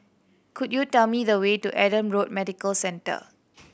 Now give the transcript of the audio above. could you tell me the way to Adam Road Medical Centre